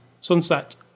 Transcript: Sunset